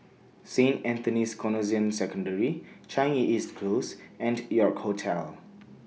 Saint Anthony's Canossian Secondary Changi East Close and York Hotel